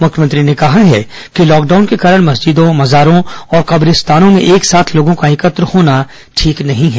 मुख्यमंत्री ने कहा है कि लॉकडाउन के कारण मस्जिदों मजारों और कब्रिस्तानों में एक साथ लोगों का एकत्र होना ठीक नहीं है